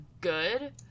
good